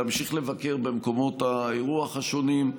להמשיך לבקר במקומות האירוח השונים.